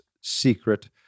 secret